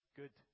good